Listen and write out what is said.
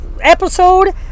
episode